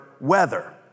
weather